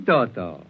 Toto